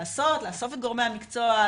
לאסוף את גורמי המקצוע,